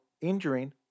injuring